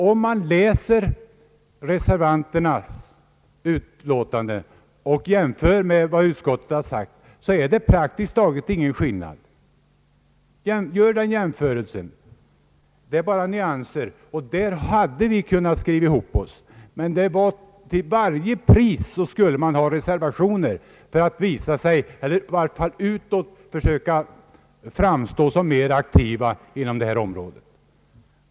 Om man läser reservanternas skrivning och jämför med vad utskottet har sagt, finner man praktiskt taget ingen skillnad. Gör den jämförelsen! Det är bara fråga om nyanser. Vi hade kunnat skriva ihop oss. Men till varje pris skulle oppositionen ha reservationer för att åtminstone utåt "försöka framstå såsom mera aktiv på detta område.